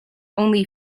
only